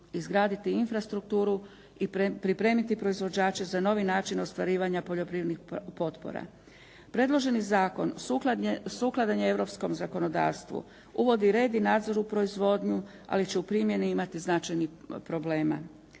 izgraditi infrastrukturu i pripremiti proizvođače za novi način ostvarivanja poljoprivrednih potpora. Predloženi zakon sukladan je europskom zakonodavstvu. Uvodi red i nadzor u proizvodnju ali će u primjeni imati značajnih problema.